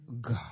God